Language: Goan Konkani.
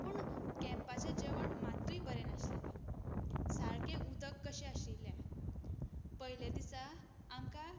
पूण कँपाचें जेवण मात्तूय बरें नाशिल्लें सारकें उदक कशें आशिल्लें पयले दिसा आमकां